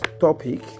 topic